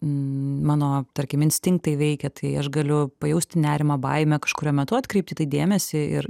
mano tarkim instinktai veikia tai aš galiu pajausti nerimą baimę kažkuriuo metu atkreipt į tai dėmesį ir